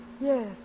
Yes